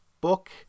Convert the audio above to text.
book